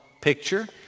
picture